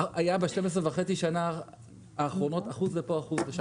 ב-12 שנה וחצי האחרונות היה אחוז לפה, אחוז לשם.